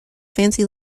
fancy